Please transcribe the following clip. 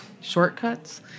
shortcuts